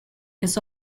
his